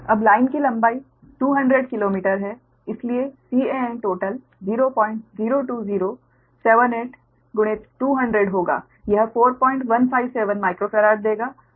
अब लाइन की लंबाई 200 किलोमीटर है इसलिए Can टोटल 002078 गुणित 200 होगा यह 4157 माइक्रोफेराड देगा